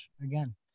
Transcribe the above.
again